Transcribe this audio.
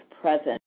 Present